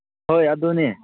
ꯍꯣꯏ ꯑꯗꯨꯅꯤ